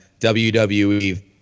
WWE